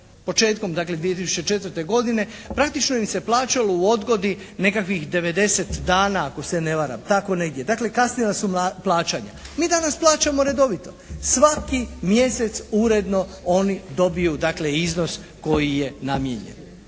početkom dakle 2004. godine praktično im se plaćalo u odgodi nekakvih 90 dana ako se ne varam. Tako negdje. Dakle kasnila su plaćanja. Mi danas plaćamo redovito. Svaki mjesec uredno oni dobiju dakle iznos koji je namijenjen.